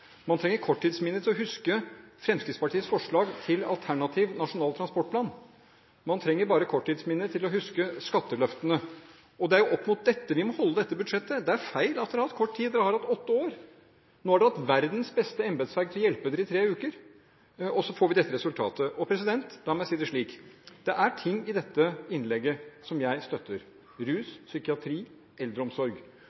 Man trenger korttidsminnet for å huske Fremskrittspartiets forslag til alternativ nasjonal transportplan. Man trenger bare korttidsminnet for å huske skatteløftene. Det er opp mot dette vi må holde dette budsjettet. Det er feil at man har hatt kort tid, man har hatt åtte år. Nå har man hatt verdens beste embetsverk til å hjelpe seg i tre uker – og så får vi dette resultatet. La meg si det slik: Det er ting i dette innlegget som jeg støtter, innen rus,